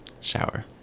shower